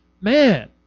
man